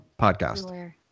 podcast